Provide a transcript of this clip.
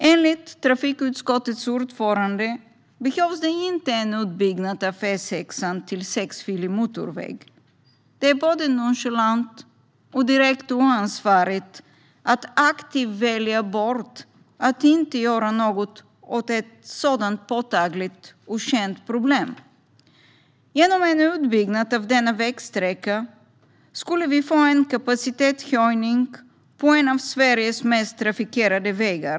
Enligt trafikutskottets ordförande behövs det inte någon utbyggnad av E6:an till sexfilig motorväg. Det är både nonchalant och direkt oansvarigt att aktivt välja att inte göra något åt ett sådant påtagligt och känt problem. Genom en utbyggnad av denna vägsträcka skulle det bli en kapacitetshöjning på en av Sveriges mest trafikerade vägar.